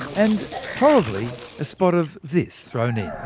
and probably a spot of this thrown in.